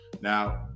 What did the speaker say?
Now